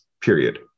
period